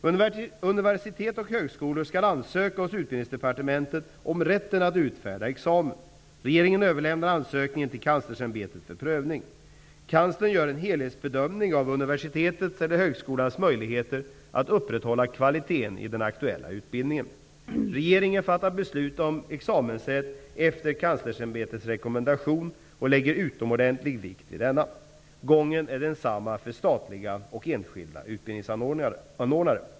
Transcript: Universitet och högskolor skall ansöka hos Kanslersämbetet för prövning. Kanslern gör en helhetsbedömning av universitetets eller högskolans möjligheter att upprätthålla kvaliteten i den aktuella utbildningen. Regeringen fattar beslut om examensrätt efter Kanslersämbetets rekommendation och lägger utomordentlig vikt vid denna. Gången är densamma för statliga och enskilda utbildningsanordnare.